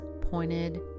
pointed